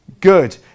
good